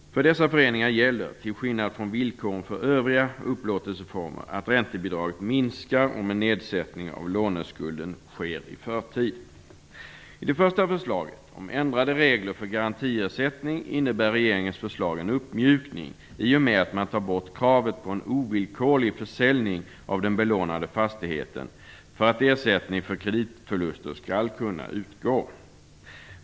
För dessa föreningar gäller, till skillnad från villkoren för övriga upplåtelseformer, att räntebidraget minskar om en nedsättning av låneskulden sker i förtid. I det första förslaget, om ändrade regler för garantiersättning, innebär regeringens förslag en uppmjukning, i och med att man tar bort kravet på en ovillkorlig försäljning av den belånade fastigheten för att ersättning för kreditförluster skall kunna utgå.